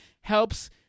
helps